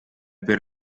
per